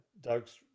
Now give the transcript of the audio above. Doug's